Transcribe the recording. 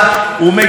בושה.